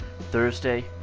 Thursday